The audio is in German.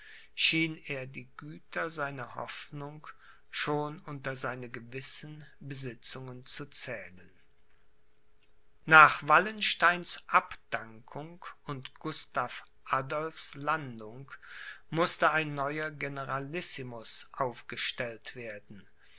schien er die güter seiner hoffnung schon unter seine gewissen besitzungen zu zählen nach wallensteins abdankung und gustav adolphs landung mußte ein neuer generalissimus aufgestellt werden